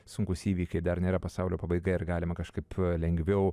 sunkūs įvykiai dar nėra pasaulio pabaiga ir galima kažkaip lengviau